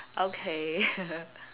okay